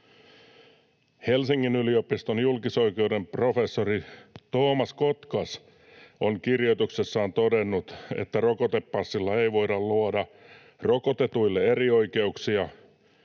Helsingin yliopiston julkisoikeuden professori Toomas Kotkas on kirjoituksessaan todennut, että rokotepassilla ei voida luoda rokotetuille ’erioikeuksia’,